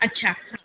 अच्छा